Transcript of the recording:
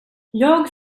jag